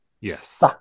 Yes